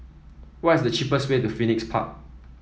what is the cheapest way to Phoenix Park